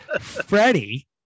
Freddie